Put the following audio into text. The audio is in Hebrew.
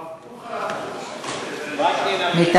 הפוך על הפוך, מה